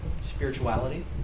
spirituality